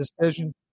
decision